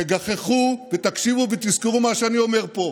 תגחכו ותקשיבו ותזכרו מה שאני אומר פה,